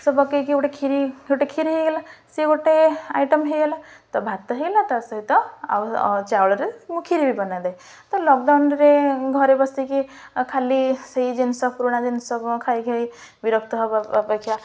ସେ ପକାଇକି ଗୋଟେ କ୍ଷିରୀ ଗୋଟେ କ୍ଷୀରି ହେଇଗଲା ସେ ଗୋଟେ ଆଇଟମ୍ ହେଇଗଲା ତ ଭାତ ହେଇଗଲା ତା ସହିତ ଆଉ ଚାଉଳରେ ମୁଁ କ୍ଷିରୀ ବି ବନାଇ ଦିଏ ତ ଲକଡାଉନରେ ଘରେ ବସିକି ଖାଲି ସେଇ ଜିନିଷ ପୁରୁଣା ଜିନିଷ ଖାଇ ଖାଇ ବିରକ୍ତ ହବା ଅପେକ୍ଷା